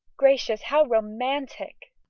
gracious how romantic!